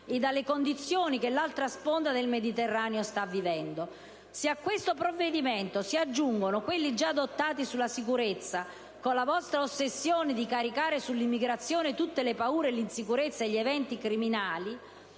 e dalle condizioni che l'altra sponda del Mediterraneo sta vivendo. Se a questo provvedimento si aggiungono quelli già adottati sulla sicurezza e la vostra ossessione di scaricare sull'immigrazione tutte le paure, le insicurezze e gli eventi criminali,